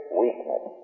weakness